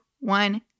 One